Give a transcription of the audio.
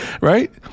Right